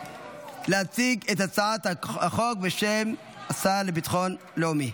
להציג את הצעת החוק בשם השר לביטחון לאומי.